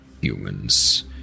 Humans